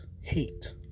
hate